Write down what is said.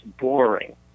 boring